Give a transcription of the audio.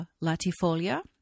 latifolia